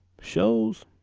shows